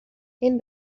این